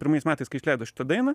pirmais metais kai išleido šitą dainą